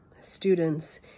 students